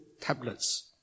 tablets